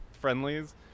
friendlies